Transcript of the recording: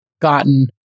gotten